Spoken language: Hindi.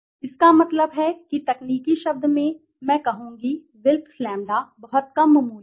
इसका मतलब है कि तकनीकी शब्द में मैं कहूंगा विल्क्स लैंबडाWilks Lambda बहुत कम मूल्य है